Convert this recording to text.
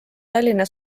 tallinna